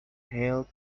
hailed